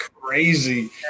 crazy